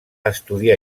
estudiar